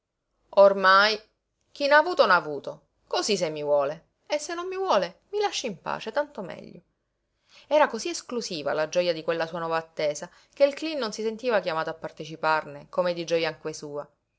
ormai chi n'ha avuto n'ha avuto cosí se mi vuole e se non mi vuole mi lasci in pace tanto meglio era cosí esclusiva la gioja di quella sua nuova attesa che il cleen non si sentiva chiamato a parteciparne come di gioja anche sua